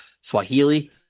Swahili